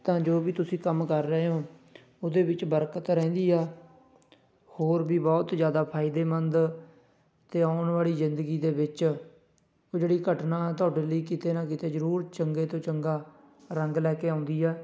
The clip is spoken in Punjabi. ਤਾਂ ਜੋ ਵੀ ਤੁਸੀਂ ਕੰਮ ਕਰ ਰਹੇ ਹੋ ਉਹਦੇ ਵਿੱਚ ਬਰਕਤ ਰਹਿੰਦੀ ਆ ਹੋਰ ਵੀ ਬਹੁਤ ਜ਼ਿਆਦਾ ਫਾਇਦੇਮੰਦ ਅਆਉਣ ਵਾਲੀ ਜ਼ਿੰਦਗੀ ਦੇ ਵਿੱਚ ਉਹ ਜਿਹੜੀ ਘਟਨਾ ਤੁਹਾਡੇ ਲਈ ਕਿਤੇ ਨਾ ਕਿਤੇ ਜ਼ਰੂਰ ਚੰਗੇ ਤੋਂ ਚੰਗਾ ਰੰਗ ਲੈ ਕੇ ਆਉਂਦੀ ਹੈ